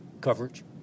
coverage